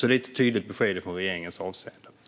Det är ett tydligt besked från regeringen i det avseendet.